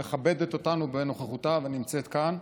שמכבדת אותנו בנוכחותה ונמצאת כאן.